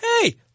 Hey